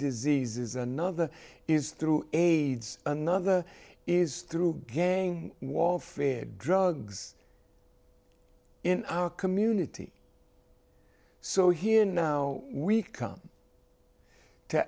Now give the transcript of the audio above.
diseases another is through aids another is through gang warfare drugs in our community so here now we come to